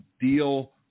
deal